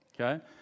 okay